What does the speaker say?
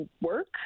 work